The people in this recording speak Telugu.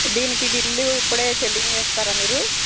దీనికి బిల్లు ఇప్పుడే చెల్లించేస్తారా మీరు